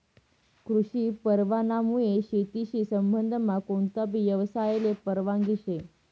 कृषी परवानामुये शेतीशी संबंधमा कोणताबी यवसायले परवानगी शे